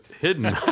hidden